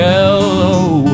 Yellow